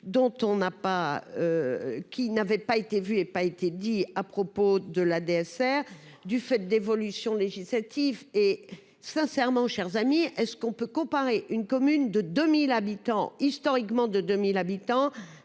qui n'avait pas été vu et pas été dit à propos de la DSR, du fait d'évolution législative et. Sincèrement, chers amis, est ce qu'on peut comparer une commune de 2000 habitants historiquement de 2 1000 habitants